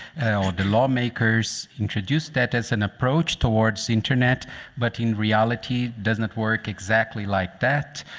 how the lawmakers introduced that as an approach towards internet but in reality, doesn't work exactly like that.